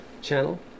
channel